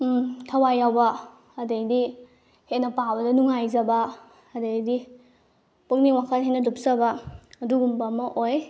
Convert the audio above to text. ꯊꯋꯥꯏ ꯌꯥꯎꯕ ꯑꯗꯩꯗꯤ ꯍꯦꯟꯅ ꯄꯥꯕꯗ ꯅꯨꯡꯉꯥꯏꯖꯕ ꯑꯗꯩꯗꯤ ꯄꯨꯛꯅꯤꯡ ꯋꯥꯈꯜ ꯍꯦꯟꯅ ꯂꯨꯞꯆꯕ ꯑꯗꯨꯒꯨꯝꯕ ꯑꯃ ꯑꯣꯏ